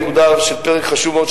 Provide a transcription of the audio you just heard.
נקודה של פרק חשוב מאוד,